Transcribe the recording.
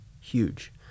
huge